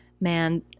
man